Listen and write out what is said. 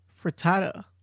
frittata